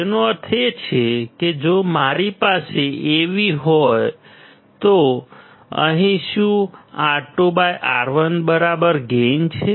તેનો અર્થ એ છે કે જો મારી પાસે Av છે તો અહીં શું R2R1બરાબર ગેઇન છે